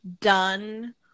done